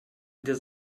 der